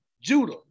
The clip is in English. Judah